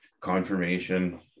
confirmation